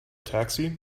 taxi